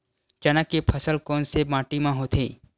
चना के फसल कोन से माटी मा होथे?